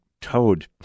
toad